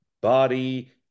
Body